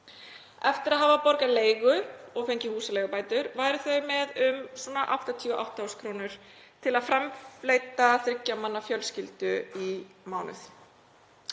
Eftir að hafa borgað leigu og fengið húsaleigubætur væru þau með um 88.000 kr. til að framfleyta þriggja manna fjölskyldu í mánuð.